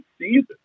season